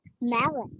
melon